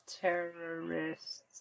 Terrorists